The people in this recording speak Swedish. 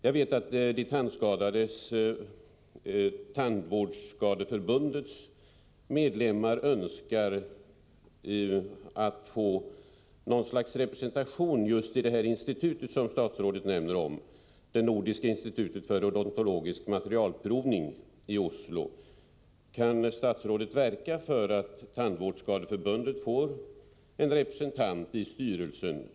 Jag vet att Tandvårdsskadeförbundets medlemmar önskar få något slags representation i det institut i Oslo som statsrådet åberopar i svaret, nämligen Nordiska institutet för odontologisk materialprovning. Kan statsrådet verka för att Tandvårdsskadeförbundet, som ombud för patienterna, får en representant i styrelsen?